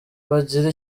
bagire